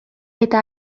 eta